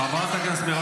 חברת הכנסת מירב,